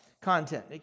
content